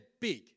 big